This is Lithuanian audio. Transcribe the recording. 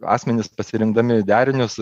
asmenys pasirinkdami derinius